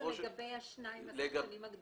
לגבי שני השחקנים הגדולים.